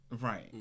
Right